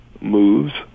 moves